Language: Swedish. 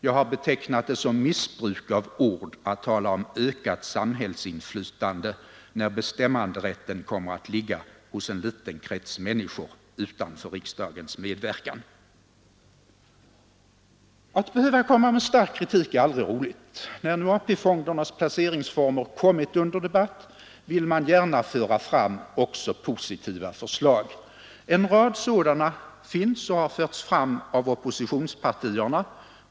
Jag har betecknat det som missbruk av ord att tala om ökat samhällsinflytande, när bestämmanderätten kommer att ligga hos en liten krets människor 45 Att behöva komma med stark kritik är aldrig roligt. När nu AP-fondernas placeringsformer kommit under debatt, vill jag gärna föra fram också positiva förslag. En rad sådana finns och har framlagts av oppositionspartierna.